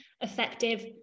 effective